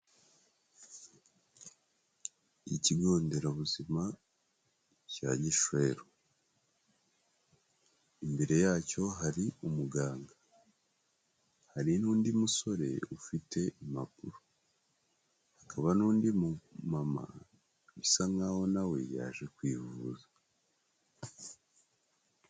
Ikigo nderabuzima cya Gishweru, imbere yacyo hari umuganga, hari n'undi musore ufite impapuro, hakaba n'undi mu mama bisa nk'aho nawe yaje kwivuza.